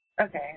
Okay